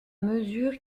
mesure